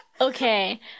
Okay